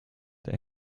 der